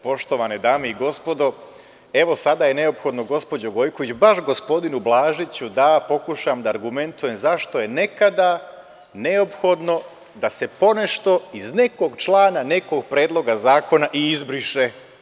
Poštovane dame i gospodo, evo sada je neophodno gospođo Gojković, baš gospodinu Blažiću da pokušam da argumentujem zašto je nekada neophodno da se ponešto iz nekog člana, nekog predloga zakona izbriše.